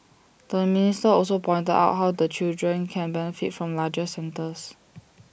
the minister also pointed out how the children can benefit from larger centres